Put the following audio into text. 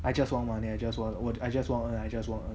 I just want money I just want I just want to earn I just want to earn